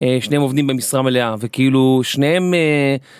שניהם עובדים במשרה מלאה וכאילו שניהם.